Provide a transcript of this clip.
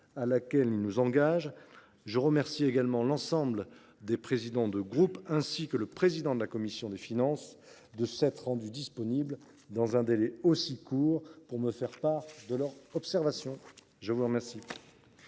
à laquelle ils nous engagent. Je remercie également tous les présidents de groupe ainsi que le président de la commission des finances de s’être rendus disponibles dans un délai si court pour me faire part de leurs observations. La parole